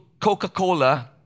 Coca-Cola